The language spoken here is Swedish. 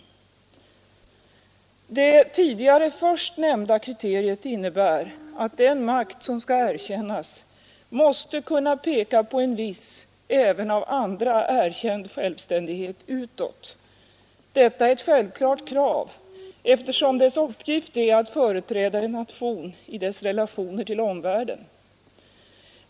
diplomatiska för Det tidigare först nämnda kriteriet innebär, att den makt som skall bindelser med erkännas, måste kunna peka på en viss, även av andra erkänd, Republiken Sydsjälvständighet utåt. Detta är ett självklart krav, eftersom dess uppgift är Vigknanns PROisO: att företräda en nation i dess relationer till omvärlden.